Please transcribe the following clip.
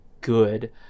good